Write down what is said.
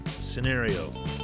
scenario